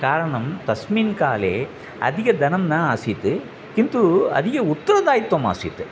कारणं तस्मिन्काले अधिकं धनं न आसीत् किन्तु अधिकम् उत्तरदायित्वम् आसीत्